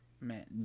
Man